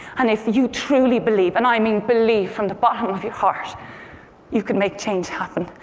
and if you truly believe and i mean believe from the bottom of your heart you can make change happen.